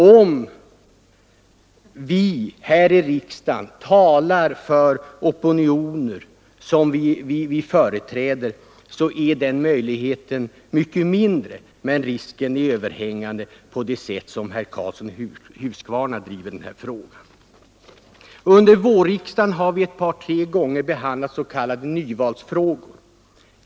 Om vi här i riksdagen talar för de opinioner som vi företräder så blir risken för sådana grupperingar mindre. Under vårriksdagen har vi ett par gånger behandlat s.k. nyvalsfrågor.